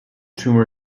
tumor